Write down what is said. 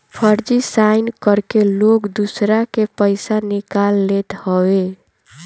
फर्जी साइन करके लोग दूसरा के पईसा निकाल लेत हवे